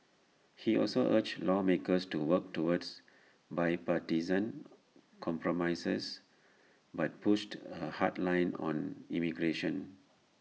he also urged lawmakers to work toward bipartisan compromises but pushed A hard line on immigration